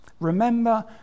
remember